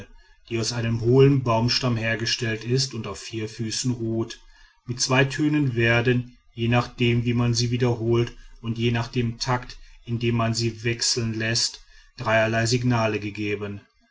die aus einem hohlen baumstamm hergestellt ist und auf vier füßen ruht mit zwei tönen werden je nachdem man sie wiederholt und je nach dem takt in dem man sie wechseln läßt dreierlei signale gegeben